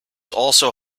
also